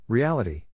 Reality